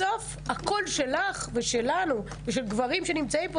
בסוף הקול שלך ושלנו ושל גברים שנמצאים פה,